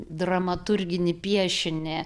dramaturginį piešinį